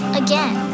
again